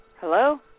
Hello